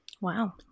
Wow